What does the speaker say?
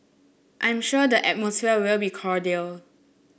I'm sure the atmosphere will be cordial